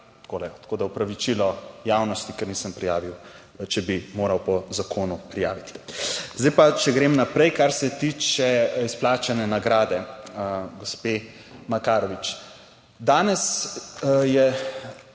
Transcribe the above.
Tako da, opravičilo javnosti, ker nisem prijavil, če bi moral po zakonu prijaviti. Zdaj pa, če grem naprej, kar se tiče izplačane nagrade gospe Makarovič. Danes je